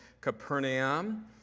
Capernaum